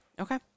Okay